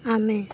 ଆମେ